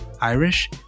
Irish